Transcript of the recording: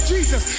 Jesus